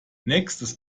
nächstes